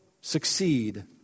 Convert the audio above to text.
succeed